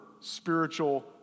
spiritual